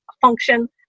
function